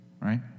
right